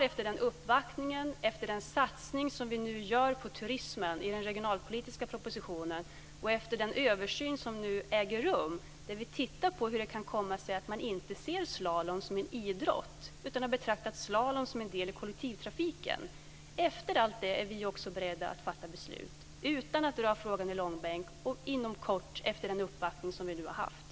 Efter den uppvaktningen, efter den satsning som vi nu gör på turismen i den regionalpolitiska propositionen och efter den översyn som nu äger rum, där vi tittar på hur det kan komma sig att man inte har sett slalom som en idrott utan har betraktat slalom som en del av kollektivtrafiken, är vi också beredda att fatta beslut utan att dra frågan i långbänk. Det sker inom kort, efter den uppvaktning som vi nu har haft.